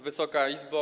Wysoka Izbo!